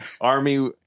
army